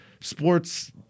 sports